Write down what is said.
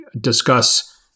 discuss